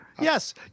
yes